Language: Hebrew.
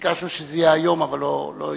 ביקשנו שזה יהיה היום, אבל לא הצלחנו.